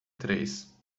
três